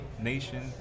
Nation